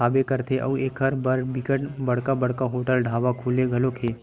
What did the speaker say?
खाबे करथे अउ एखर बर बिकट बड़का बड़का होटल ढ़ाबा खुले घलोक हे